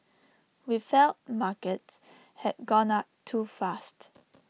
we felt markets had gone up too fast